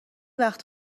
وقت